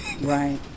Right